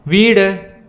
வீடு